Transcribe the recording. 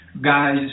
guys